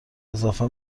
اضافه